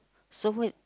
so weird